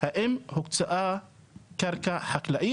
האם הוקצאה קרקע חקלאית?